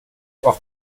auf